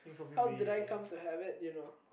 how did I come to have it you know